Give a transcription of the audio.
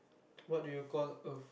what do you called Earth